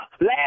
Last